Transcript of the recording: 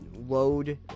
load